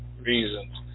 reasons